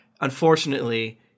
unfortunately